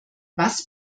was